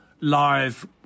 live